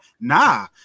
Nah